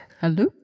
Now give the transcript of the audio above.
Hello